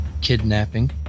kidnapping